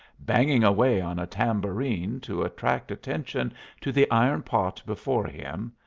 banging away on a tambourine to attract attention to the iron pot before him,